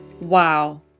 Wow